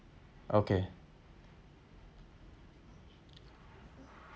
okay